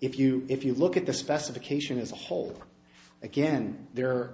if you if you look at the specification as a whole again there